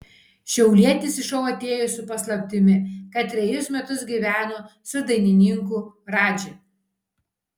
šiaulietis į šou atėjo su paslaptimi kad trejus metus gyveno su dainininku radži